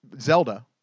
Zelda